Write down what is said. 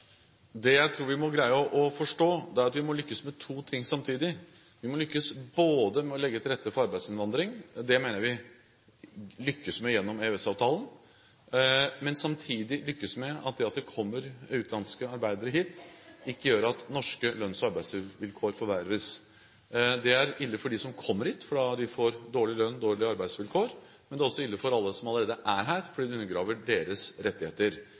Det jeg tror vi må greie å forstå, er at vi må lykkes med to ting samtidig. Vi må både lykkes med å legge til rette for arbeidsinnvandring – det mener jeg vi lykkes med gjennom EØS-avtalen – og samtidig lykkes med at det at det kommer utenlandske arbeidere hit, ikke gjør at norske lønns- og arbeidsvilkår forverres. Det er ille for dem som kommer hit, for de får dårlig lønn og dårlige arbeidsvilkår, men det er også ille for alle som allerede er her, for det undergraver deres rettigheter.